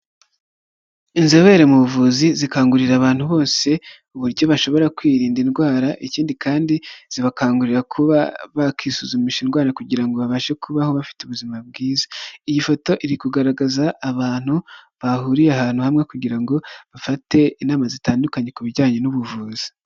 Inzobere mu buvuzi zikangurira abantu bose uburyo bashobora kwirinda indwara ikindi kandi zibakangurira kuba bakisuzumisha indwara kugira ngo babashe kubaho bafite ubuzima bwiza, iyi foto iri kugaragaza abantu bahuriye ahantu hamwe kugira ngo bafate inama zitandukanye ku bijyanye n'ubuvuzi.